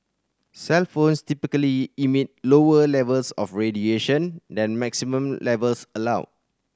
cellphones typically emit lower levels of radiation than maximum levels allowed